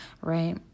right